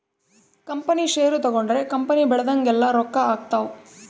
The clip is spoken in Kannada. ಕಂಪನಿ ಷೇರು ತಗೊಂಡ್ರ ಕಂಪನಿ ಬೆಳ್ದಂಗೆಲ್ಲ ರೊಕ್ಕ ಆಗ್ತವ್